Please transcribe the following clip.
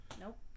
Nope